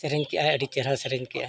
ᱥᱮᱨᱮᱧ ᱠᱮᱜ ᱟᱭ ᱟᱹᱰᱤ ᱪᱮᱨᱦᱟ ᱥᱮᱨᱮᱧ ᱠᱮᱜ ᱟᱭ